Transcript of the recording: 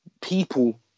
people